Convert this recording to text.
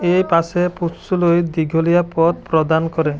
এই পাছে পুঞ্চলৈ দীঘলীয়া পথ প্ৰদান কৰে